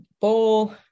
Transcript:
bowl